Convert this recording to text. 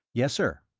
yes, sir.